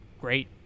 great